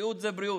בריאות זה בריאות,